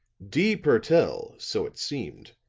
d. purtell, so it seemed,